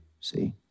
see